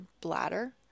bladder